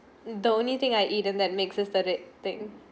the only thing I eat and that makes us studied thing